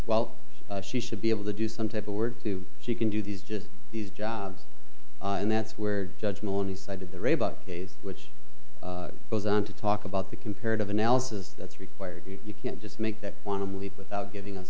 well she should be able to do some type of work too she can do these just these jobs and that's where judgement on the side of the rape case which goes on to talk about the comparative analysis that's required you can't just make that quantum leap without giving us